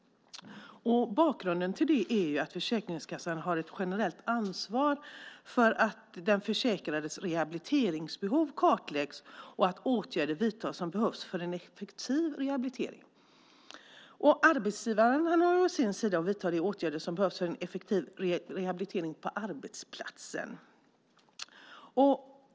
Bakgrunden till det är att Försäkringskassan har ett generellt ansvar för att den försäkrades rehabiliteringsbehov kartläggs och att åtgärder vidtas som behövs för en effektiv rehabilitering. Arbetsgivaren har å sin sida att vidta de åtgärder som behövs för en effektiv rehabilitering på arbetsplatsen.